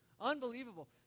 Unbelievable